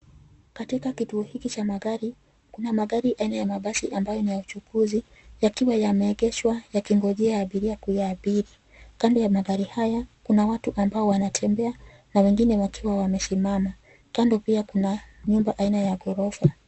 Katika kituo hiki cha magari, kuna magari aina ya mabasi ambayo ni ya uchukuzi yakiwa yameegeshwa yakingojea abiria kuyaabiri. Kando ya magari haya, kuna watu ambao wanatembea na wengine wakiwa wamesimama. Kando pia kuna nyumba aina ya ghorofa.